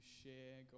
share